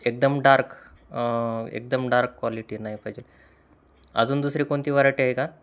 एकदम डार्क एकदम dark quality नाही पाहिजे अजून दुसरी कोणती व्हरायटी आहे का